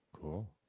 Cool